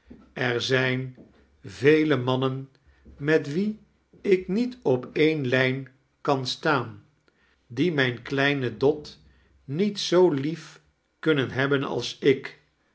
er zijn vele mannen met wie ik niet op een lijn kan staan die mijn kleine dot niet zoo lief kunnen hebben als ik